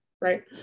Right